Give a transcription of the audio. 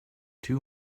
two